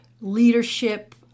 leadership